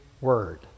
word